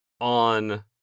on